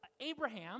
abraham